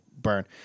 Burn